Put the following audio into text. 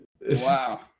Wow